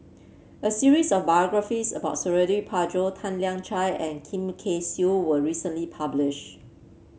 a series of biographies about Suradi Parjo Tan Lian Chye and Kim Kay Siu was recently publish